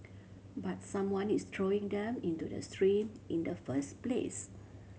but someone is throwing them into the stream in the first place